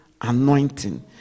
anointing